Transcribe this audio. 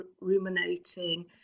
ruminating